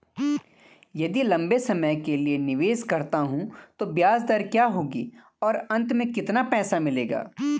यदि लंबे समय के लिए निवेश करता हूँ तो ब्याज दर क्या होगी और अंत में कितना पैसा मिलेगा?